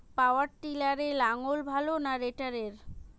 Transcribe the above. পাওয়ার টিলারে লাঙ্গল ভালো না রোটারের?